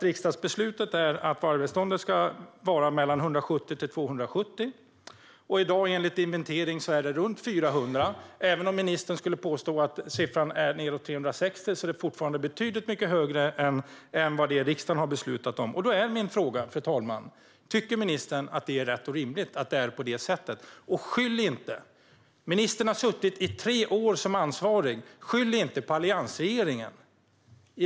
Riksdagsbeslutet är att vargbeståndet ska vara mellan 170 och 270. Enligt inventering är det i dag runt 400. Även om ministern skulle påstå att det är nedåt 360 är beståndet fortfarandet mycket större än det som riksdagen har beslutat om. Då är min fråga: Tycker ministern att det är rätt och rimligt att det är på det sättet? Ministern har varit ansvarig i tre år. Skyll därför inte på alliansregeringen.